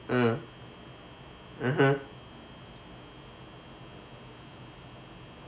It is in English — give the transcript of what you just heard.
mm (uh huh)